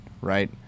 right